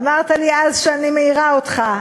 אמרת לי אז שאני מעירה אותך,